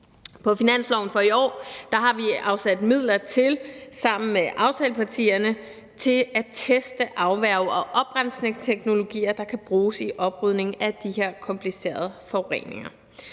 På finansloven for i år har vi sammen med aftalepartierne afsat midler til at teste afværge- og oprensningsteknologier, der kan bruges i oprydningen af de her komplicerede forureninger.